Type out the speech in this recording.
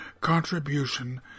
contribution